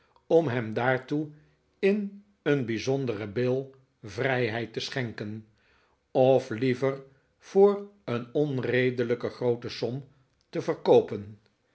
om hem daartoe in een bijzoridere bill vrijheid te schenken of liever voor een onredelijke groote som te verkoopen